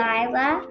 Lila